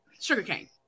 sugarcane